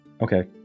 okay